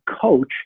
coach